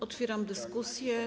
Otwieram dyskusję.